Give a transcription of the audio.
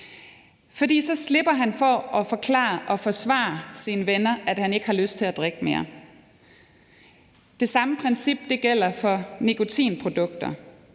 for så slipper han for at forklare og forsvare over for sine venner, at han ikke har lyst til at drikke mere. Det samme princip gælder for nikotinprodukter.